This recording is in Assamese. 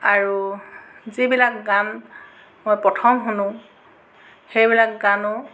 আৰু যিবিলাক গান মই পথম শুনো সেইবিলাক গানো